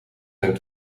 zijn